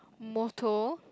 motto